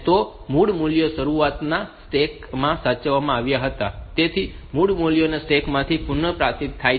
તો મૂળ મૂલ્યો શરૂઆતમાં સ્ટેકમાં સાચવવામાં આવ્યા હતા તેથી મૂળ મૂલ્યો સ્ટેકમાંથી પુનઃસ્થાપિત થાય છે